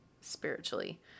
spiritually